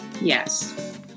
Yes